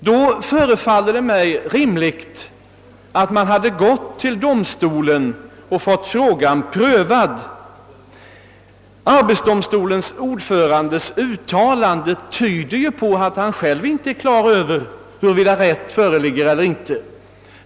Det förefaller mig rimligt att man då hade gått till domstol och fått frågan prövad, Uttalandet av arbetsdomstolens ordförande tyder på att han själv inte är på det klara med om så dan rätt föreligger eller inte.